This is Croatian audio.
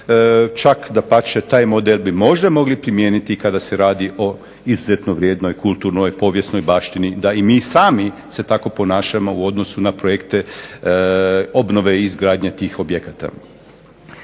čak dapače taj model bi možda mogli primijeniti kada se radi o izuzetno vrijednoj kulturno-povijesnoj baštini da i mi sami se tako ponašamo u odnosu na projekte obnove i izgradnje tih objekata.